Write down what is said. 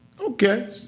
Okay